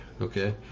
okay